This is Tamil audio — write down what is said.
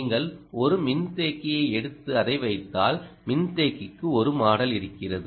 நீங்கள் ஒரு மின்தேக்கியை எடுத்து அதை வைத்தால் மின்தேக்கிக்கு ஒரு மாடல் இருக்கிறது